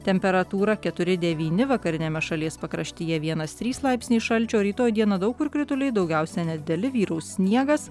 temperatūra keturi devyni vakariniame šalies pakraštyje vienas trys laipsniai šalčio rytoj dieną daug kur krituliai daugiausia nedideli vyraus sniegas